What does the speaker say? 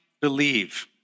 believe